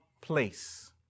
place